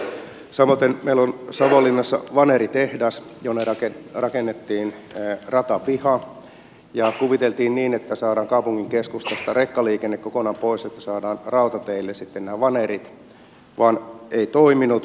samoiten meillä on savonlinnassa vaneritehdas jonne rakennettiin ratapiha ja kuviteltiin niin että saadaan kaupungin keskustasta rekkaliikenne kokonaan pois että saadaan rautateille sitten nämä vanerit vaan ei toiminut